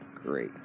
Great